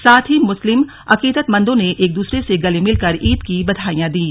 साथ ही मुस्लिम अकीदतमंदों ने एक दूसरे से गले मिलकर ईद बधाइयां दीं